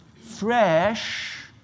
fresh